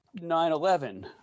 9-11